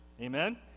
amen